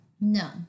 No